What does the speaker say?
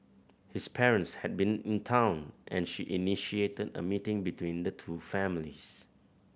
his parents had been in town and she initiated a meeting between the two families